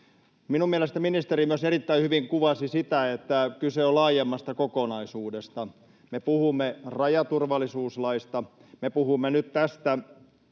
Mielestäni ministeri myös erittäin hyvin kuvasi sitä, että kyse on laajemmasta kokonaisuudesta. Me puhumme rajaturvallisuuslaista, me puhumme nyt tästä